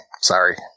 sorry